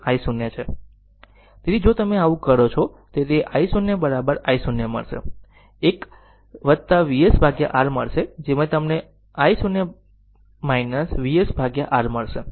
તેથી જો તમે આવું કરો છો તો તે i0 I0 મળશે એક Vs r મળશે જેમાંથી તમને i0 VsR મળશે